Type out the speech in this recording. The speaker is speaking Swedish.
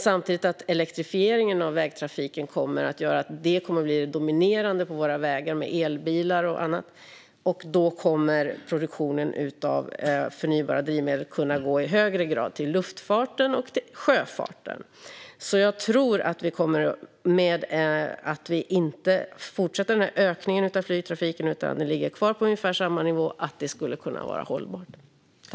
Samtidigt kommer elektrifieringen av vägtrafiken att göra elbilar och annat till det dominerande på våra vägar, och då kommer produktionen av förnybara drivmedel i högre grad att kunna gå till luftfarten och sjöfarten. Jag tror alltså, om ökningen av flygtrafiken inte fortsätter utan ligger kvar på ungefär samma nivå, att det skulle kunna vara hållbart.